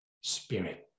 spirit